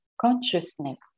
consciousness